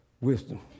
wisdom